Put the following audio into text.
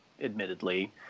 admittedly